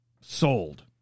sold